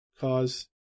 cause